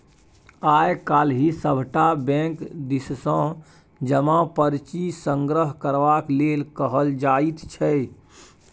आय काल्हि सभटा बैंक दिससँ जमा पर्ची संग्रह करबाक लेल कहल जाइत छै